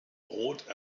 rothe